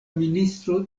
ministro